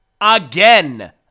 again